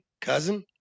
Cousin